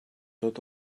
tot